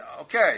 okay